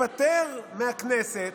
התפטר מהכנסת,